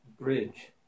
bridge